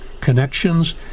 connections